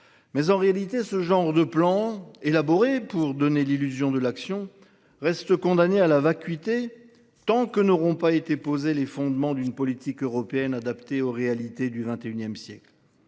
fois. En réalité, ce genre de plan, élaboré pour donner l’illusion de l’action, reste condamné à la vacuité, tant que n’auront pas été posés les fondements d’une politique européenne adaptée aux réalités du XXI siècle.